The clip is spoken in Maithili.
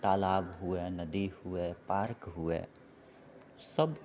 तालाब हुअए नदी हुअए पार्क हुअए सभ